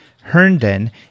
herndon